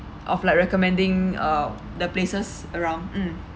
of like recommending uh the places around mm